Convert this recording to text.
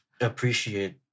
appreciate